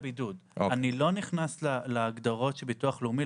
אני לא נכנס להגדרות של הביטוח הלאומי.